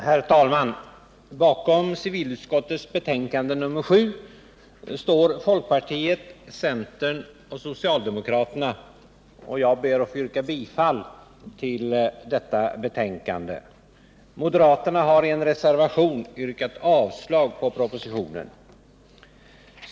Herr talman! Bakom civilutskottets betänkande nr 7 står folkpartiet, centern och socialdemokraterna, och jag ber att få yrka bifall till vad utskottet hemställt i detta betänkande. Moderaterna har i en reservation yrkat avslag på propositionen.